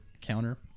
counter